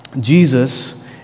Jesus